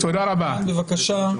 בבקשה.